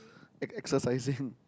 ex exercising